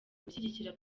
gushyigikira